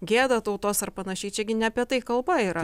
gėda tautos ar panašiai čiagi ne apie tai kalba yra